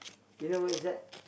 you know where is that